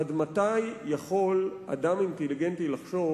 עד מתי יכול אדם אינטליגנטי לחשוב